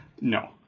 no